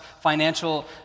financial